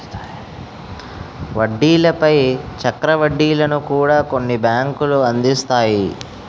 వడ్డీల పై చక్ర వడ్డీలను కూడా కొన్ని బ్యాంకులు అందిస్తాయి